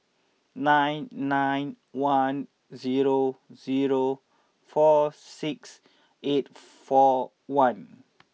nine nine one zero zero four six eight four one